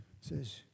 says